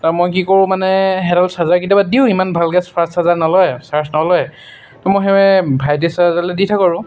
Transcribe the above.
মই কি কৰোঁ মানে সেইডাল চাৰ্জাৰ কেতিয়াবা দিওঁ সিমান ভালকৈ ফাষ্ট চাৰ্জাৰ নলয় চাৰ্জ নলয় তহ মই ভাইটিৰ চাৰ্জাৰডালে দি থাকোঁ আৰু